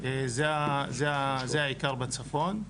זה העיקר בצפון.